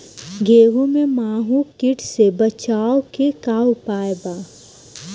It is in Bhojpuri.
गेहूँ में माहुं किट से बचाव के का उपाय बा?